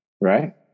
right